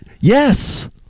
Yes